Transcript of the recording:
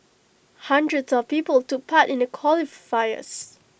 hundreds of people took part in the qualifiers